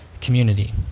community